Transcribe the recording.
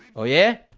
oh yeah,